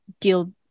deal